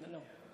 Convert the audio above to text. לא.